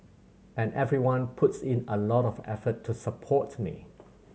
and everyone puts in a lot of effort to support me